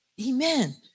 Amen